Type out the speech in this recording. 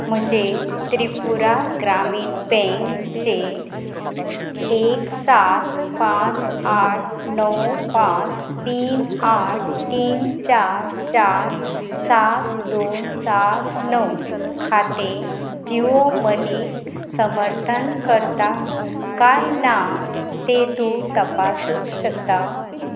म्हजें त्रिपुरा ग्रामीण बँकचें एक सात पांच आठ णव पांच तीन आठ तीन चार चार सात दोन सात णव खातें जियो मनीक समर्थन करता काय ना तें तूं तपासूंक शकता